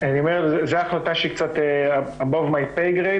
זו החלטה שקצת above my pay grade,